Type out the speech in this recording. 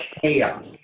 chaos